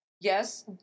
Yes